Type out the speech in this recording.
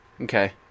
Okay